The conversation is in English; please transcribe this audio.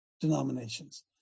denominations